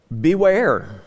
beware